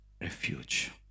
refuge